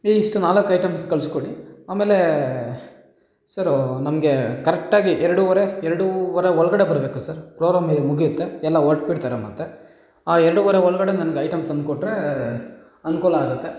ಇವಿಷ್ಟು ನಾಲ್ಕು ಐಟಮ್ಸ್ ಕಳಿಸ್ಕೊಡಿ ಆಮೇಲೆ ಸರು ನಮಗೆ ಕರೆಕ್ಟಾಗಿ ಎರಡುವರೆ ಎರಡುವರೆ ಒಳಗಡೆ ಬರಬೇಕು ಸರ್ ಫ್ರೋಗ್ರಮ್ಮೆ ಮುಗಿಯುತ್ತೆ ಎಲ್ಲ ಹೊರ್ಟ್ಬಿಡ್ತಾರೆ ಮತ್ತು ಆ ಎರಡುವರೆ ಒಳಗಡೆ ನನ್ಗೆ ಐಟಮ್ ತಂದು ಕೊಟ್ಟರೆ ಅನುಕೂಲ ಆಗುತ್ತೆ